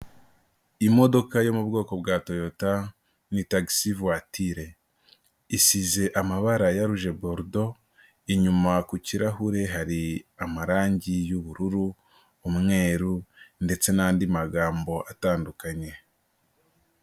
Imodoka yo mu bwoko bwa toyota ni tagisi vuwatire, isize amabara ya ruje borudo, inyuma ku kirahure hari amarangi y'ubururu, umweru ndetse n'andi magambo atandukanye.